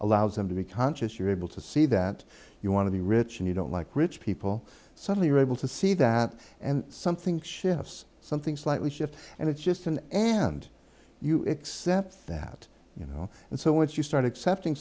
allows them to be conscious you're able to see that you want to be rich and you don't like rich people suddenly are able to see that and something shifts something slightly shift and it's just an end you accept that you know and so once you start accepting